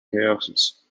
houses